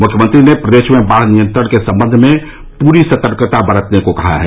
मुख्यमंत्री ने प्रदेश में बाढ़ नियंत्रण के सम्बंध में पूरी सतर्कता बरतने को कहा है